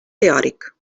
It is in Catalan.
teòric